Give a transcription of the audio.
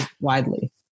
widely